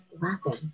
laughing